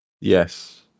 Yes